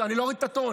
אני לא אוריד את הטון.